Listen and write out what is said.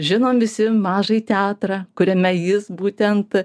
žinom visi mažąjį teatrą kuriame jis būtent